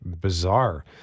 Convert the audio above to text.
bizarre